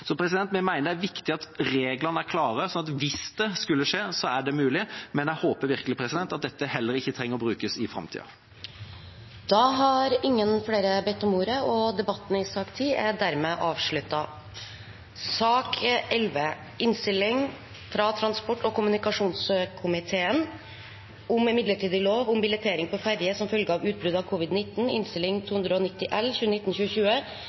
Vi mener det er viktig at reglene er klare, slik at hvis det skulle skje, er det mulig, men jeg håper virkelig at dette heller ikke trenger å bli brukt i framtida. Flere har ikke bedt om ordet til sak nr. 10. Ingen har bedt om ordet.